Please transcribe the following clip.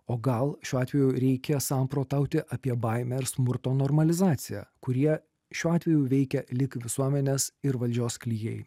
o gal šiuo atveju reikia samprotauti apie baimę ir smurto normalizaciją kurie šiuo atveju veikia lyg visuomenės ir valdžios klijai